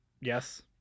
Yes